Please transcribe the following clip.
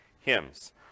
hymns